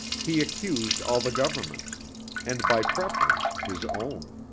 he accused all the governments and by preference his own.